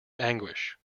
anguish